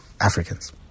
Africans